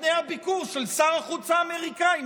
לפני הביקור של שר החוץ האמריקאי,